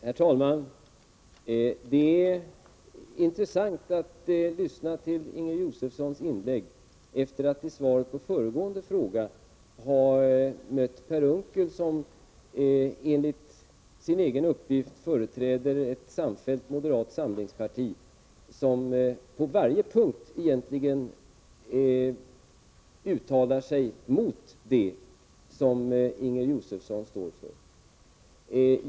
Herr talman! Det var intressant att lyssna till Inger Josefssons inlägg efter att i svaret på föregående fråga ha mött Per Unckel, som enligt sin egen uppgift företräder ett samfällt moderat samlingsparti och som på varje punkt egentligen uttalar sig mot det som Inger Josefsson står för.